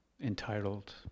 entitled